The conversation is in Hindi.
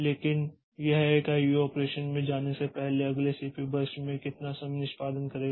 लेकिन यह एक आईओ ऑपरेशन में जाने से पहले अगले सीपीयू बर्स्ट में कितना समय निष्पादन करेगा